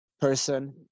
person